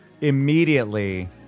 immediately